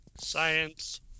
Science